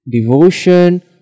devotion